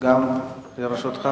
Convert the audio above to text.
גם לרשותך